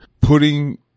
putting